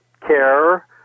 care